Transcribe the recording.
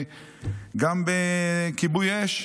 בכיבוי אש,